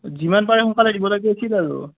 যিমান পাৰে সোনকালে দিব লাগিছিল আৰু